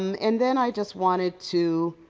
um and then i just wanted to